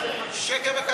שקר וכזב.